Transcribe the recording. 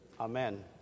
Amen